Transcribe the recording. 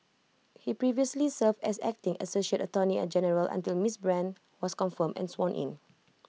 he previously served as acting associate Attorney general until miss brand was confirmed and sworn in